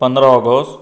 पंदरा ऑगस्ट